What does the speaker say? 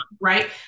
right